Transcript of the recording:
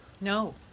No